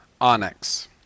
Onyx